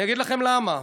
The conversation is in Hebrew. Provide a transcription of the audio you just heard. אני אגיד לכם למה: